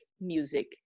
music